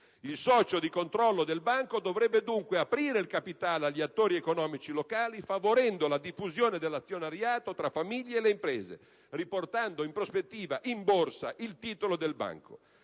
Il socio di controllo del Banco dovrebbe dunque aprire il capitale agli attori economici locali, favorendo la diffusione dell'azionariato tra famiglie e imprese, riportando in prospettiva in Borsa il titolo del Banco.